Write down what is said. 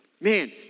Man